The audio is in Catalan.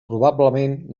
probablement